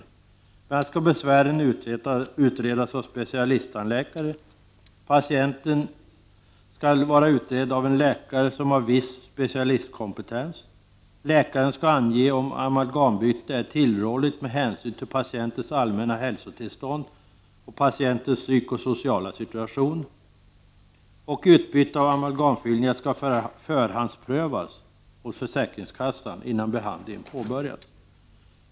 Bl.a. skall besvären utredas av specialisttandläkare, patienten skall vara utredd av en läkare som har viss specialistkompetens, läkaren skall ange om amalgambyte är tillrådligt med hänsyn till patientens allmänna hälsotillstånd och patientens psykosociala situation och utbyte av amalgamfyllningar skall förhandsprövas hos försäkringskassan innan behandlingen påbörjas.